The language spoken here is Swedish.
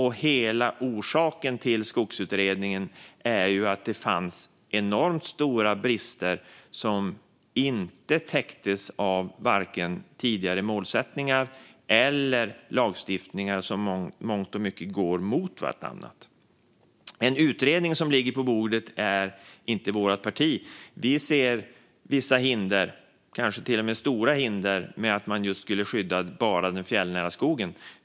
Hela orsaken till Skogsutredningen är att det fanns enormt stora brister som inte täcktes av vare sig tidigare målsättningar eller tidigare lagstiftningar, som i mångt och mycket går mot varandra. En utredning som ligger på bordet är dock inte detsamma som vårt parti. Vi ser vissa hinder, kanske till och med stora hinder, med att skydda enbart den fjällnära skogen.